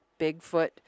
Bigfoot